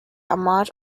amount